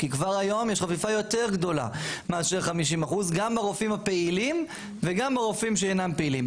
כי כבר היום יש חפיפה יותר גדולה מאשר 50%. גם הרופאים הפעילים וגם הרופאים שאינם פעילים.